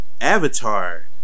Avatar